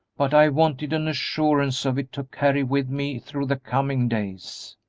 but i wanted an assurance of it to carry with me through the coming days.